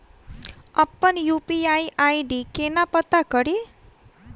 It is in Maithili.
अप्पन यु.पी.आई आई.डी केना पत्ता कड़ी?